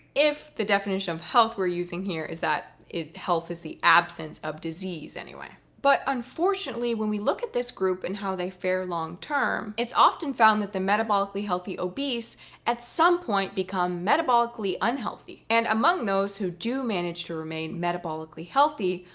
if the definition of health we're using here is that health is the absence of disease, anyway. but unfortunately, when we look at this group and how they fare long-term, it's often found that the metabolically healthy obese at some point become metabolically unhealthy. and among those who do manage to remain metabolically healthy,